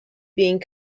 being